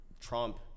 Trump